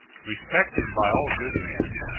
respected by all good men,